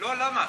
לא, למה?